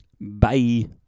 bye